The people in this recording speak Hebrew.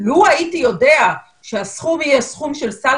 לו הייתי יודע שהסכום יהיה סכום של סל